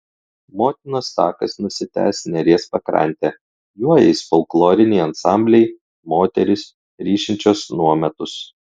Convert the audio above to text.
motinos takas nusitęs neries pakrante juo eis folkloriniai ansambliai moterys ryšinčios nuometus